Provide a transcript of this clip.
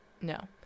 no